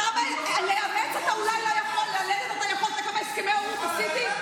קריאה: את בדיוק מחזקת את מה שאנחנו אומרים.